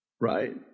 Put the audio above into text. right